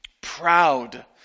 proud